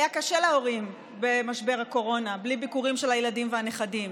היה קשה להורים במשבר הקורונה בלי ביקורים של הילדים והנכדים.